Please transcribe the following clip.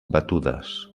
batudes